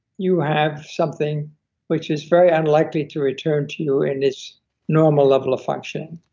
you have something which is very unlikely to return to you in its normal level of function.